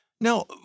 Now